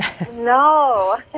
No